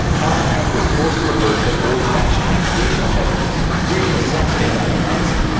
callahan was forced to revert to old-fashioned navigational techniques, creating a sexton out of pencils.